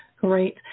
Great